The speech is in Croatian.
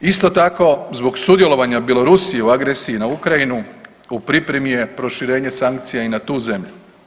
Isto tako, zbog sudjelovanja Bjelorusije u agresiji na Ukrajinu u pripremi je proširenje sankcija i na tu zemlju.